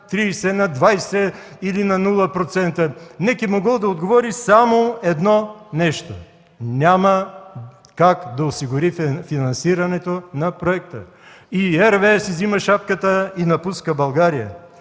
30, на 20, или на 0%. НЕК е могъл да отговори само едно нещо: „Няма как да осигурим финансирането на проекта”. И RWE си взима шапката и напуска България.